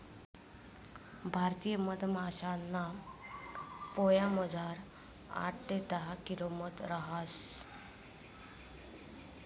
भारतीय मधमाशासना पोयामझार आठ ते दहा किलो मध रहास